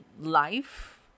life